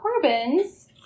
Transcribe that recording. Corbin's